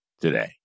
today